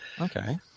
Okay